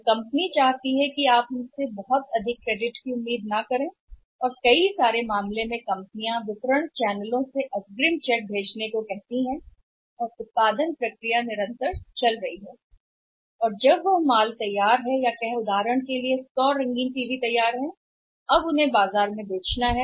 और कंपनी चाहती है कि आप हमसे और कई मामलों में कंपनियों से बहुत अधिक क्रेडिट की उम्मीद न करें वितरण चैनलों को कंपनी और उत्पादन को अग्रिम चेक भेजने के लिए भी कहता है प्रक्रिया निरंतर है और जब कोई भी सामग्री तैयार होती है या उदाहरण के लिए 100 रंगीन टीवी कहते हैं तैयार उन्हें अब बाजार में बेचा कहना है